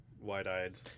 wide-eyed